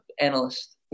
analyst